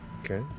Okay